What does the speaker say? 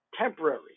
temporary